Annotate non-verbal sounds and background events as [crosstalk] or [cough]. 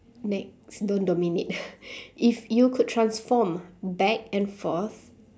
next don't dominate [breath] if you could transform back and forth